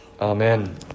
Amen